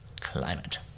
climate